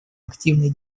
активной